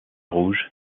rouge